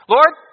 Lord